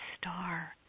star